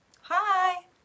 Hi